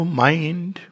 mind